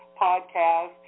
podcast